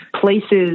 places